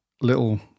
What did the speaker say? little